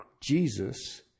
Jesus